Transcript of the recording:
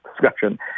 discussion